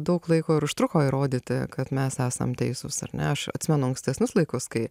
daug laiko ir užtruko įrodyti kad mes esam teisūs ar ne aš atsimenu ankstesnius laikus kai